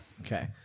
Okay